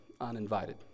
uninvited